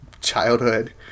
childhood